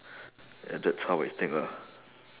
ya that's how I think lah